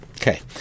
okay